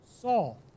Saul